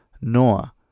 Noah